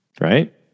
Right